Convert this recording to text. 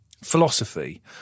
philosophy